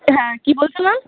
হ্যাঁ কী বলছিলেন